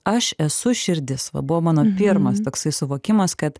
aš esu širdis va buvo mano pirmas toks suvokimas kad